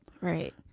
Right